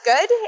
good